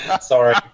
Sorry